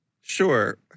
Sure